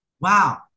wow